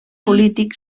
polític